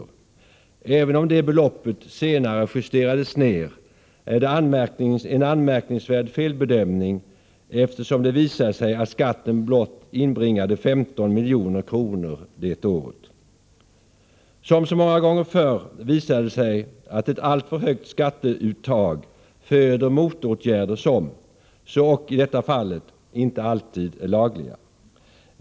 Även om det beloppet senare justerades ner innebar det en anmärkningsvärd felbedömning, eftersom det visade sig att skatten inbringade blott 15 milj.kr. det året. Som så många gånger förr visar det sig att ett alltför högt skatteuttag föder motåtgärder som, så ock i detta fall, inte alltid är lagliga.